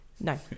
No